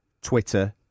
Twitter